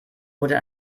wurde